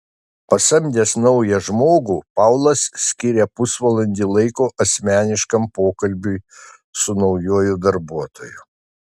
pasamdęs naują žmogų paulas skiria pusvalandį laiko asmeniškam pokalbiui su naujuoju darbuotoju